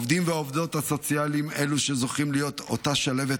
העובדים והעובדות הסוציאליים הם אלה שזוכים להיות אותה שלהבת